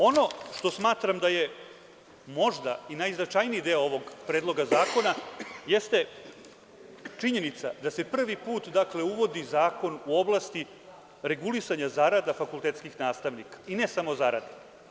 Ono što smatram da je možda i najznačajniji deo ovog predloga zakona jeste činjenica da se prvi put uvodi zakon u oblasti regulisanja zarada fakultetskih nastavnika, i ne samo zarada.